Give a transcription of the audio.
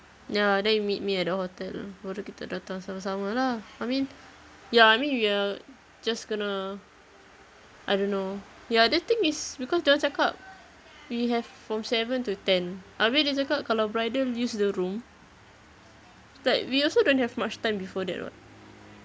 ya then you meet me at the hotel baru kita datang sama-sama lah I mean ya I mean we will just gonna I don't know ya the thing is because dia cakap we have from seven to ten abeh dia cakap kalau bridal use the room but we also don't have much time before that [what]